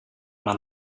man